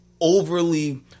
overly